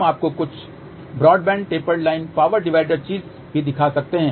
हम आपको कुछ broadband tapered line power divider चीज़ भी दिखा सकते हैं